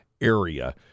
area